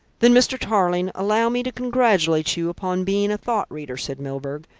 then, mr. tarling, allow me to congratulate you upon being a thought-reader, said milburgh,